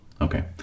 Okay